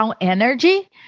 energy